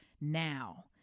now